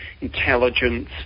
intelligence